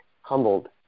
humbled